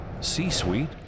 C-Suite